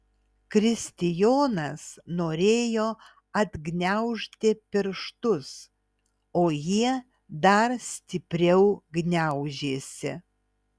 kristijonas norėjo atgniaužti pirštus o jie dar stipriau gniaužėsi